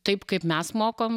taip kaip mes mokam